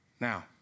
Now